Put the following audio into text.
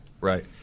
right